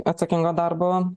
atsakingo darbo